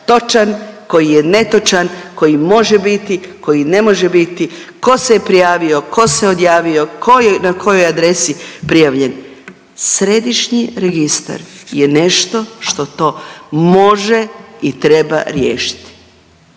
točan, koji je netočan, koji može biti, koji ne može biti, tko se je prijavio, tko se odjavio, tko je na kojoj adresi prijavljen. Središnji registar je nešto što to može i treba riješiti.